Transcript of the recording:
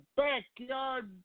backyard